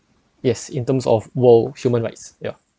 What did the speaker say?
yes in terms of world human rights yeah